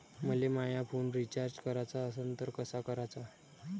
मले माया phone recharge कराचा असन तर कसा कराचा?